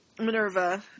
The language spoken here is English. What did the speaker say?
Minerva